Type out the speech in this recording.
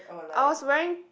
I was wearing